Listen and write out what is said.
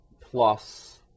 plus